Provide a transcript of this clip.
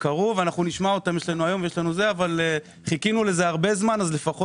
אנחנו נשמע אותם היום ובדיון הבא אבל חיכינו לזה זמן רב.